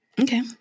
Okay